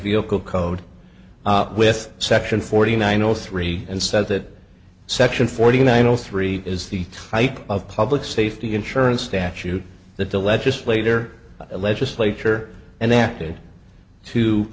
vehicle code with section forty nine zero three and said that section forty nine o three is the type of public safety insurance statute that the legislator legislature and acted to